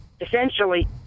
essentially